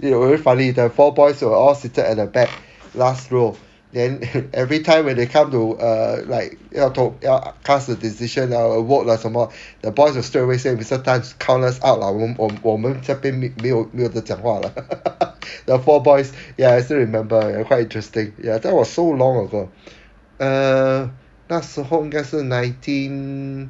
very funny the four boys were all seated at the back last row then every time when they come to err like 要投要 cast a decision ah vote lah 什么 the boys will straightaway say mister tan count us out lah 我我我们这边没有没有得讲话 lah the four boys ya I still remember ya quite interesting ya that was so long ago err 那时候应该是 nineteen